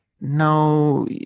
no